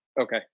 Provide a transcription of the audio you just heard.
Okay